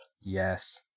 Yes